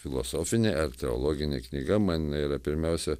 filosofinė ar teologinė knyga man yra pirmiausia